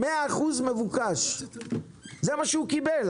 100% מבוקש זה מה שהוא קיבל,